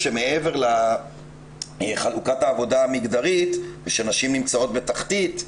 מעבר לחלוקת העבודה המגדרית ושנשים נמצאות בתחתית,